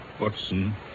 Watson